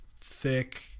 thick